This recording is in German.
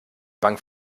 bank